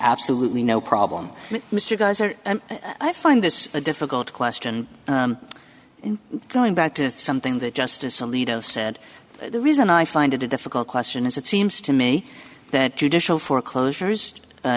absolutely no problem mr geyser and i find this a difficult question in going back to something that justice alito said the reason i find it a difficult question is it seems to me that judicial foreclosures